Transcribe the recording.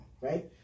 right